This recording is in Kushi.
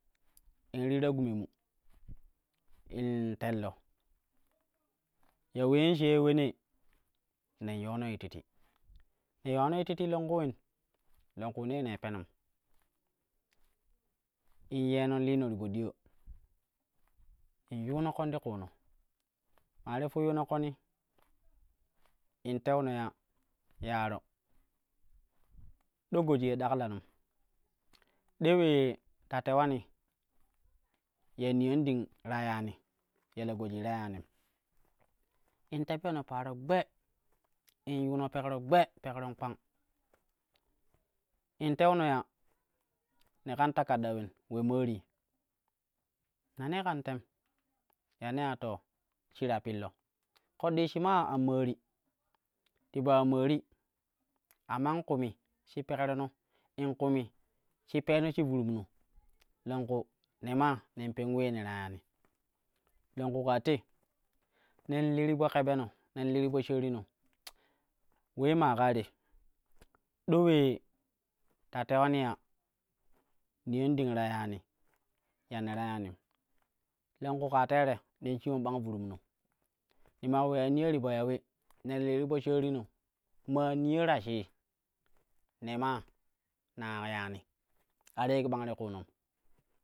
In ri ta gume mu in telno ya uleen shei ulene nen yono yititi ne yulena yititi longku ulen li-ongkunee nei penomi in yeno in lii no ti po ɗiya in yuno ƙon ti kuuno maa ti fi yuuno ƙoni in teuno ya yaaro do goji ye daklanum de ule ta tewani ya niyan ding ta yaani ya la gojii ta yanim. In tebyono paro gbe, in yuno pekro gbe pekron kpang. In tenno ya ne kan takad da ulen ule maarii na nei kan tem ya ne ya to shita pillo ƙoɗɗi shimaa an maari, ti po ya maari amman kumi shi pekro no, in kumi shi peeni shi vurum no longku nemaa ne pen ulee ne ta yaani longku kaa te nen li ti po kebeno, nen li ti poshaari no, ulei po kebeno, nen li ti poshaarino, ulei maa kaa te do ulee ta twani ya niyan ding ta yaani ya ne tayanim. Longlu kaa tere nen ya ne ta yanim. Longku kaa tere nen shiwan bang vuruum no ne maa uleya niyo ti po ya ule ne ti li ti poshaarina maa niyo ta shii, ne maa naa yaani a ta yek bang ti kuunon.